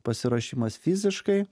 pasiruošimas fiziškai